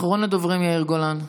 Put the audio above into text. אחרון הדוברים יהיה יאיר גולן.